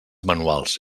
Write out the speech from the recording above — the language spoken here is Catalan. manuals